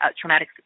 traumatic